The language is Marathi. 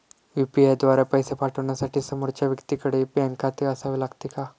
यु.पी.आय द्वारा पैसे पाठवण्यासाठी समोरच्या व्यक्तीकडे बँक खाते असावे लागते का?